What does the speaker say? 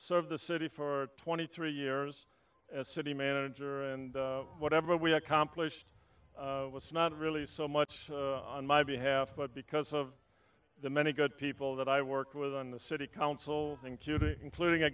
serve the city for twenty three years as city manager and whatever we accomplished was not really so much on my behalf but because of the many good people that i work with on the city council including a